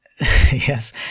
yes